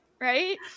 right